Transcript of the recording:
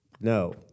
No